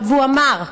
והוא אמר: